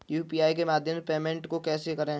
UPI के माध्यम से पेमेंट को कैसे करें?